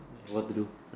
what to do right